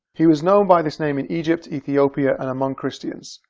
he was known by this name in egypt, ethiopia and among christians.